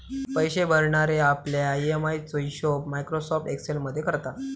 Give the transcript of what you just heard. पैशे भरणारे आपल्या ई.एम.आय चो हिशोब मायक्रोसॉफ्ट एक्सेल मध्ये करता